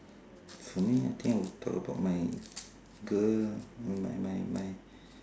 for me I think will talk about my girl my my my